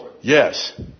Yes